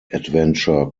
adventure